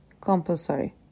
Compulsory